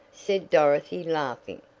said dorothy, laughing,